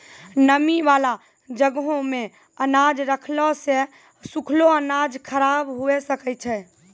नमी बाला जगहो मे अनाज रखला से सुखलो अनाज खराब हुए सकै छै